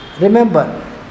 Remember